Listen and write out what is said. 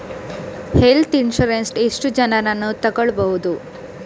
Health insurance ಎಷ್ಟು ಜನರನ್ನು ತಗೊಳ್ಬಹುದು?